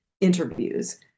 interviews